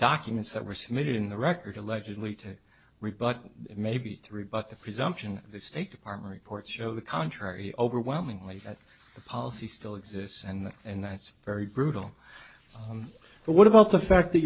documents that were submitted in the record allegedly to rebut may be true but the presumption of the state department reports show the contrary overwhelmingly that the policy still exists and and that's very brutal but what about the fact that